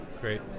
Great